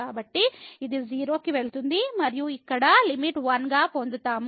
కాబట్టి ఇది 0 కి వెళుతుంది మరియు ఈ ఇక్కడ లిమిట్ 1 గా పొందుతాము